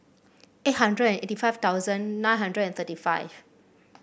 eight hundred eighty five thousand nine hundred thirty five